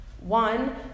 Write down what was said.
One